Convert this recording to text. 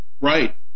Right